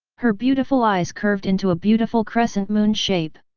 her beautiful eyes curved into a beautiful crescent moon shape.